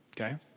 Okay